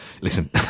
listen